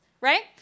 right